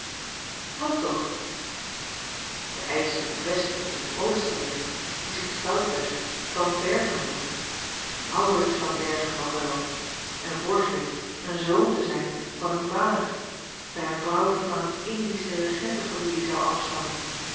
wat toch de eischer in kwestie is een oosterling die zich stoutweg van berchem noemt maurits van berchem nog wel en voorgeeft een a l g bosboom-toussaint langs een omweg zoon te zijn van uw vader bij eene vrouw die van een indische regentenfamilie zou afstammen